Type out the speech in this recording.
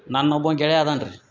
ನನ್ನೊಬ್ಬ ಗೆಳೆಯ ಅದಾನೆ ರೀ